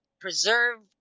preserve